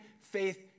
faith